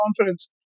conference